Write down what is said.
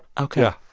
ok.